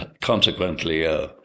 consequently